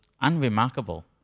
unremarkable